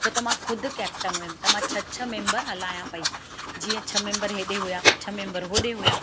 छो त मां खुद कैप्टन हुयमि त मां छह छह मेंबर हलायां पई जीअं छह मैंबर हेॾे हुआ छह मैंबर छह मैंबर होॾे हुआ